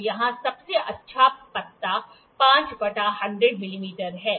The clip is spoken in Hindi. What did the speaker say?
तो यहाँ सबसे अच्छा पत्ता 5 बटा 100 मिमी है